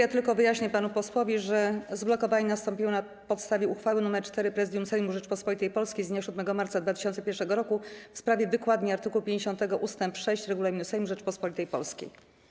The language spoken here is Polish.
Ja tylko wyjaśnię panu posłowi, że zblokowanie nastąpiło na podstawie uchwały nr 4 Prezydium Sejmu Rzeczypospolitej Polskiej z dnia 7 marca 2001 r. w sprawie wykładni art. 50 ust. 6 Regulaminu Sejmu Rzeczypospolitej Polskiej.